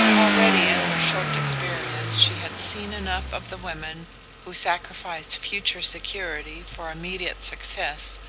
already in her short experience she had seen enough of the women who sacrifice future security for immediate success,